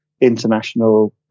international